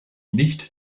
nicht